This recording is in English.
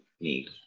need